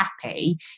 happy